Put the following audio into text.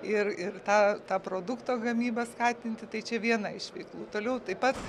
ir ir tą tą produkto gamybą skatinti tai čia viena iš veiklų toliau taip pat